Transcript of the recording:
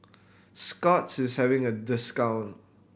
Scott's is having a discount